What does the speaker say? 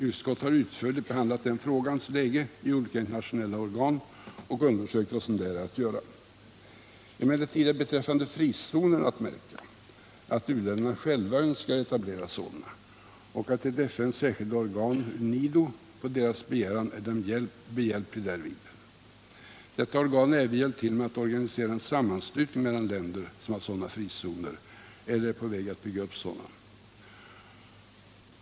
Utskottet har utförligt behandlat den frågans läge i olika internationella organ och har undersökt vad som där är att göra. Emellertid är beträffande frizonerna att märka att u-länderna själva önskar etablera sådana och att FN:s särskilda organ UNIDO på deras begäran är dem behjälpligt därvid. Detta organ har även hjälpt till med att organisera en sammanslutning mellan länder som har sådana frizoner eller är på väg att bygga upp sådana.